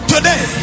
today